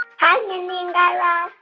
hi, mindy and guy raz.